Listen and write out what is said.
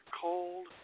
cold